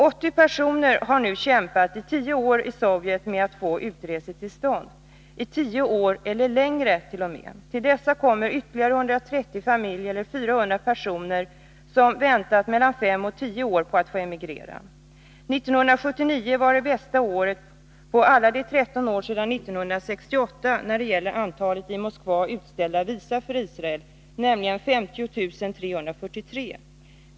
80 personer har nu kämpat i 10 år i Sovjet med att få utresetillstånd —i 10 år eller längre. Till dessa kommer ytterligare 130 familjer eller 400 personer som väntat mellan 5 och 10 år på att få emigrera. 1979 var det bästa året av alla de 13 åren sedan 1968 när det gäller antalet i Moskva utställda visa för Israel, nämligen 50 343.